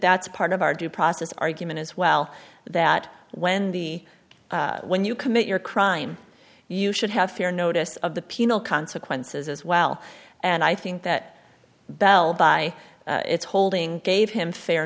that's part of our due process argument as well that wendy when you commit your crime you should have fair notice of the penal consequences as well and i think that bell by its holding gave him fair